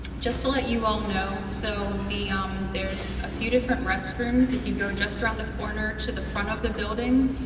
just to let you all know, so um there's a few different restrooms if you go just around the corner to the front of the building,